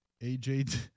AJ